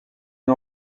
une